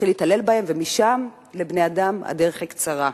יתחיל להתעלל בהם, ומשם לבני-אדם הדרך היא קצרה.